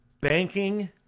banking